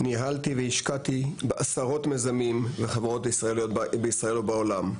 ניהלתי והשקעתי בעשרות מיזמים וחברות בישראל ובעולם.